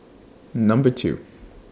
Number two